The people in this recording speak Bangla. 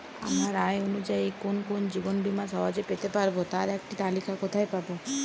আমার আয় অনুযায়ী কোন কোন জীবন বীমা সহজে পেতে পারব তার একটি তালিকা কোথায় পাবো?